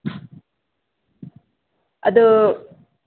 ꯑꯗꯨ